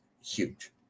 huge